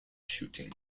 shooting